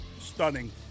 Stunning